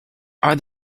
are